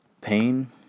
Pain